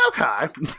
Okay